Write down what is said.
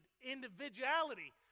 individuality